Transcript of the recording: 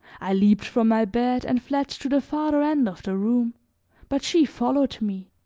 i leaped from my bed and fled to the farther end of the room but she followed me.